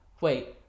Wait